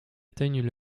atteignent